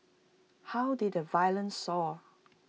how did the violence soar